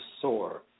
soar